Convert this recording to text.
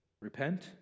Repent